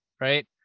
Right